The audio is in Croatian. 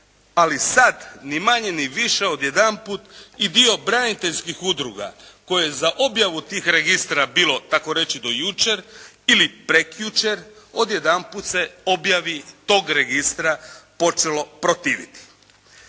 ali sad ni manje ni više odjedanput i dio braniteljskih udruga koje za objavu tih registara bilo tako reći do jučer ili prekjučer odjedanput se objavi tog registra počelo protiviti.